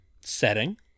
Setting